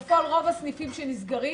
בפועל, רוב הסניפים שנסגרים,